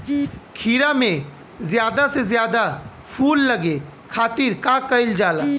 खीरा मे ज्यादा से ज्यादा फूल लगे खातीर का कईल जाला?